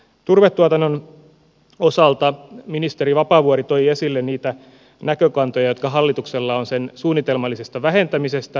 turvetuotannon osalta ministeri vapaavuori toi esille niitä näkökantoja jotka hallituksella on sen suunnitelmallisesta vähentämisestä